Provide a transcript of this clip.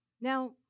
Now